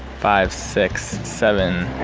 five, six, seven,